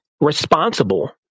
responsible